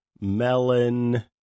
melon